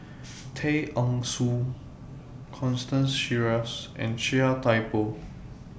Tay Eng Soon Constance Sheares and Chia Thye Poh